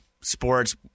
sports –